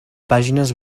pàgines